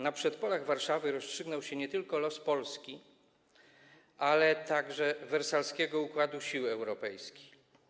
Na przedpolach Warszawy rozstrzygnął się nie tylko los Polski, ale także wersalskiego układu sił europejskich.